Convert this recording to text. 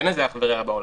אין לזה אח ורע בעולם.